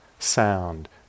sound